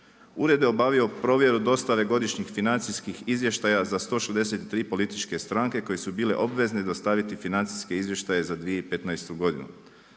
Ured je obavio provjeru dostave godišnjih financijskih izvještaja za 163 političke stranke koje su bile obvezne dostaviti financijske izvještaje za 2015. godinu,